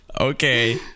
okay